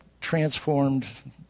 transformed